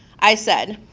i said,